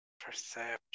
Perception